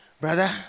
brother